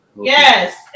yes